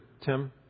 Tim